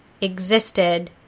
existed